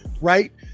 right